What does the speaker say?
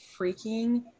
freaking